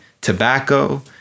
tobacco